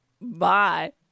Bye